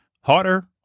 harder